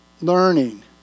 learning